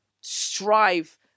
strive